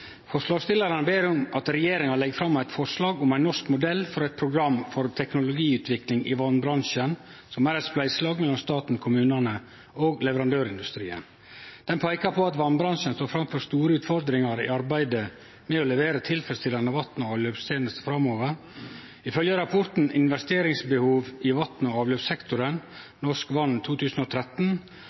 Forslagsstillarane ber om at regjeringa legg fram eit forslag om ein norsk modell for eit program for teknologiutvikling i vassbransjen som eit spleiselag mellom staten, kommunane og leverandørindustrien. Dei peikar på at vassbransjen står framfor store utfordringar i arbeidet med å levere tilfredsstillande vass- og avløpstenester framover. Ifølgje rapporten Investeringsbehov i vann- og avløpssektoren, gjeven ut av Norsk Vann i 2013,